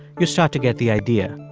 you start to get the idea.